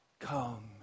Come